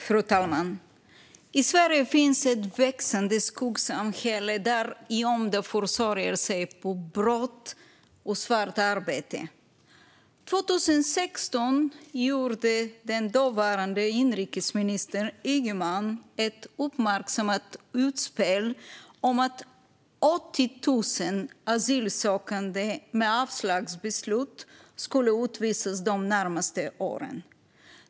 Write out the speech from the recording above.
Fru talman! I Sverige finns ett växande skuggsamhälle där gömda försörjer sig på brott och svartarbete. År 2016 gjorde den dåvarande inrikesministern Ygeman ett uppmärksammat utspel om att 80 000 asylsökande med avslagsbeslut skulle utvisas de närmaste åren.